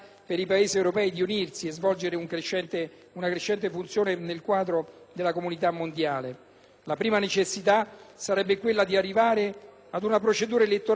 La prima necessità sarebbe quella di arrivare ad una procedura elettorale uniforme per l'elezione del Parlamento europeo. L'articolo 138 del Trattato CE